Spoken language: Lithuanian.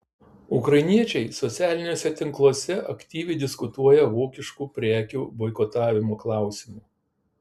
ukrainiečiai socialiniuose tinkluose aktyviai diskutuoja vokiškų prekių boikotavimo klausimu